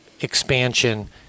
expansion